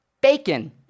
Bacon